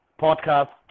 podcast